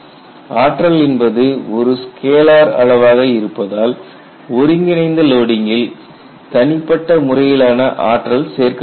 ஆற்றல் என்பது ஒரு ஸ்கேலார் அளவாக இருப்பதால் ஒருங்கிணைந்த லோடிங்கில் தனிப்பட்ட முறையிலான ஆற்றல் சேர்க்கப்படுகிறது